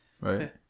right